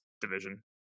division